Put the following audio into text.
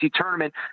tournament